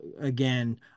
again